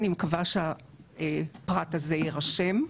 אני מקווה שהפרט הזה יירשם.